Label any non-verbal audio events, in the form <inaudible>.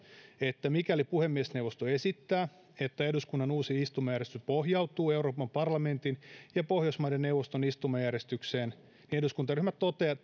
että mikäli puhemiesneuvosto esittää että eduskunnan uusi istumajärjestys pohjautuu euroopan parlamentin ja pohjoismaiden neuvoston istumajärjestykseen niin eduskuntaryhmät toteavat <unintelligible>